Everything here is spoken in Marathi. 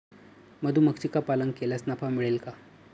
मधुमक्षिका पालन केल्यास नफा मिळेल का?